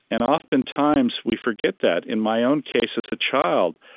and oftentimes we forget that. in my own case as a child,